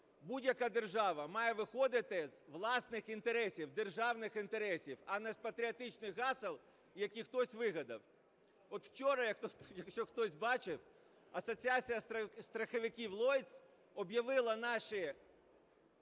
будь-яка держава має виходити з власних інтересів, державних інтересів, а не з патріотичних гасел, які хтось вигадав. От вчора, якщо хтось бачив, асоціація страховиків Lloyd's об'явила наші